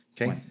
Okay